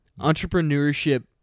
Entrepreneurship